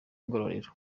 ngororero